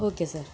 okay sir